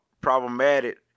problematic